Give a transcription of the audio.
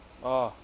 oh